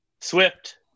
Swift